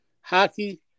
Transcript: hockey